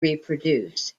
reproduce